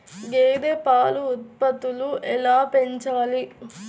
గేదె పాల ఉత్పత్తులు ఎలా పెంచాలి?